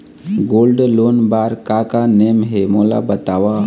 Gold loan बार का का नेम हे, मोला बताव?